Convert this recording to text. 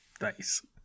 Nice